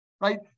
right